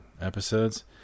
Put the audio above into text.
episodes